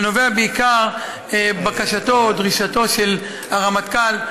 וזה נובע בעיקר מבקשתו או מדרישתו של הרמטכ"ל,